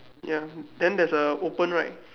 ya then there's a open right